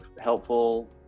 helpful